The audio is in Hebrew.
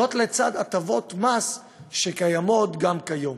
זאת לצד הטבות מס שקיימות גם כיום.